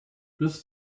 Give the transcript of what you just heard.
this